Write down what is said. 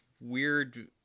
weird